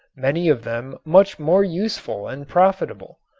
many of them much more useful and profitable,